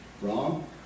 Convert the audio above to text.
wrong